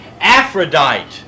Aphrodite